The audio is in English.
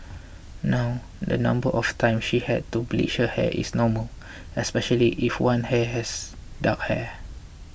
now the number of times she had to bleach her hair is normal especially if one hair has dark hair